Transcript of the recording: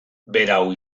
berau